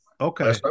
okay